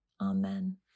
Amen